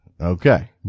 Okay